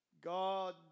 God